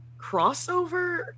crossover